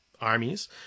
armies